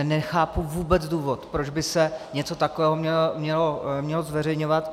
Nechápu vůbec důvod, proč by se něco takového mělo zveřejňovat.